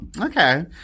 Okay